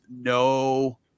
no